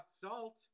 salt